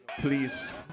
Please